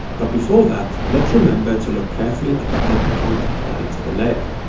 but before that, let's remember to look carefully at the anchor point applied to the layer.